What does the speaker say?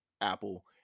Apple